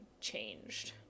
changed